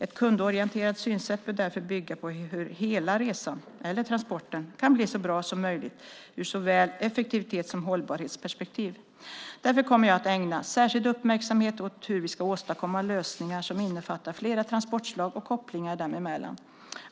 Ett kundorienterat synsätt bör därför bygga på hur hela resan eller transporten kan bli så bra som möjligt ur såväl effektivitets som hållbarhetsperspektiv. Därför kommer jag att ägna särskild uppmärksamhet åt hur vi ska åstadkomma lösningar som innefattar flera transportslag och kopplingar dem emellan.